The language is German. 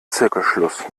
zirkelschluss